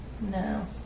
No